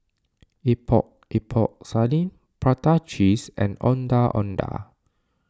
Epok Epok Sardin Prata Cheese and Ondeh Ondeh